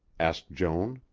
asked joan.